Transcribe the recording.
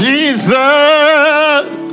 Jesus